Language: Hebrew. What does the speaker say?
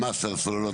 המס על הסוללות,